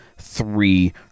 three